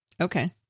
Okay